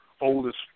oldest